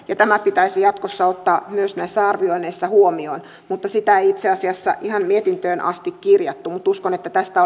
ja tämä pitäisi jatkossa ottaa myös näissä arvioinneissa huomioon sitä ei itse asiassa ihan mietintöön asti kirjattu mutta uskon että tästä